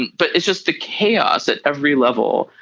but it's just the chaos at every level.